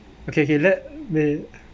okay okay let me